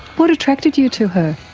what attracted you to her?